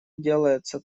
делается